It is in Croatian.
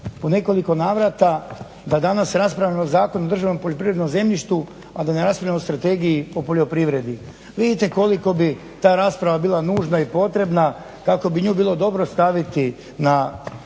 u nekoliko navrata da danas raspravljamo o Zakonu o državnom poljoprivrednom zemljištu, a da ne raspravljamo o Strategiji o poljoprivredi. Vidite koliko bi ta rasprava bila nužna i potrebna, kako bi nju bilo dobro staviti na